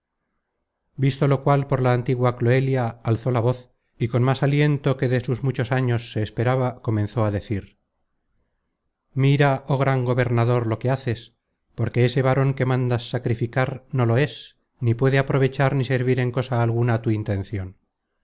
visto lo cual por la antigua cloelia alzó la voz y con más aliento que de sus muchos años se esperaba comenzó á decir mira oh gran gobernador lo que haces porque ese varon que mandas sacrificar no lo es ni puede aprovechar ni servir en cosa alguna á tu intencion